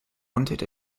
wanted